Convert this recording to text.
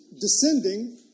descending